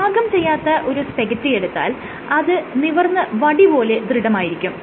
പാകം ചെയ്യാത്ത ഒരു സ്പാഗെറ്റി എടുത്താൽ അത് നിവർന്ന് വടിപോലെ ദൃഢമായിരിക്കും